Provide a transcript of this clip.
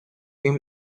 him